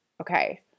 okay